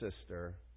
sister